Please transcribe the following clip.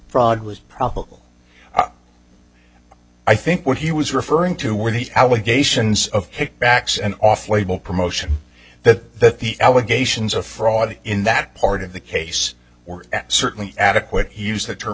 fraud was probable i think what he was referring to were the allegations of kickbacks and off label promotion that the allegations of fraud in that part of the case were certainly adequate he used the term